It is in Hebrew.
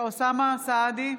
סעדי,